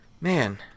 man